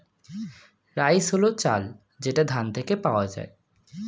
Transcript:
rice হল চাল যেটা ধান থেকে পাওয়া যায়